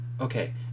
Okay